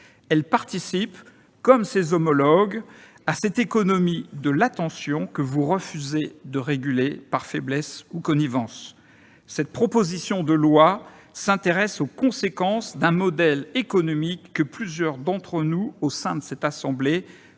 Elle participe, comme ses homologues, de cette économie de l'attention que vous refusez de réguler, par faiblesse ou connivence. Cette proposition de loi s'intéresse aux conséquences d'un modèle économique que plusieurs d'entre nous, au sein de cette assemblée,